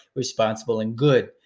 responsible, and good.